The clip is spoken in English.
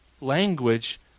Language